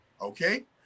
Okay